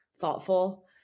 thoughtful